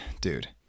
Dude